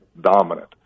dominant